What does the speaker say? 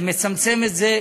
זה מצמצם את זה,